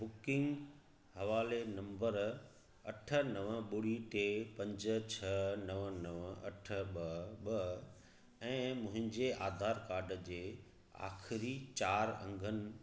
booking हवाले number अठ नव ॿुड़ी टे पंज छह नव नव अठ ॿ ॿ ऐं मुंहिंजे आधार कार्ड जे आख़िरी चारि अङनि